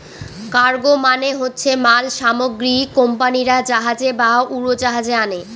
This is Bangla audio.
কার্গো মানে হচ্ছে মাল সামগ্রী কোম্পানিরা জাহাজে বা উড়োজাহাজে আনে